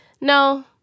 No